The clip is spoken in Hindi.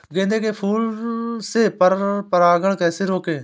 गेंदे के फूल से पर परागण कैसे रोकें?